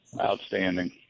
outstanding